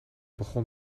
begon